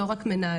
לא רק מנהלים.